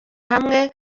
hamwe